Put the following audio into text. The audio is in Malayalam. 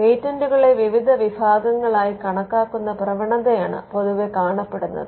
പേറ്റന്റുകളെ വിവിധ വിഭാഗങ്ങളായി കണക്കാക്കുന്ന പ്രവണതയാണ് പൊതുവെ കാണപ്പെടുന്നത്